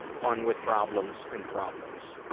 fun with problems, and problems. oh!